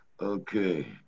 okay